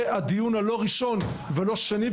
זה לא דיון ראשון או שני,